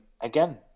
again